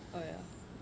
oh ya